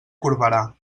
corberà